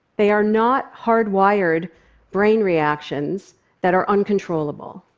they are not hardwired brain reactions that are uncontrollable.